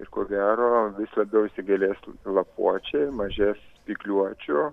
ir ko gero vis labiau įsigalės lapuočiai mažės spygliuočių